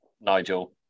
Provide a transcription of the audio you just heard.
Nigel